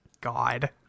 God